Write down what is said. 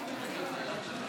אם כן, אלה